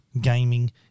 gaming